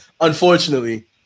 unfortunately